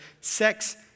sex